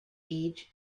age